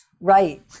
Right